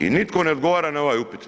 I nitko ne odgovara na ovaj upit.